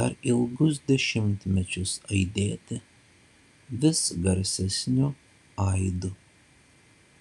dar ilgus dešimtmečius aidėti vis garsesniu aidu